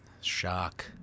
shock